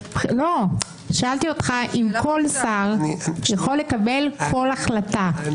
שאלתי אותך, האם כל שר יכול לקבל כל החלטה?